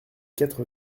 quatre